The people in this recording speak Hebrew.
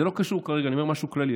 אני אומר משהו כללי.